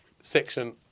section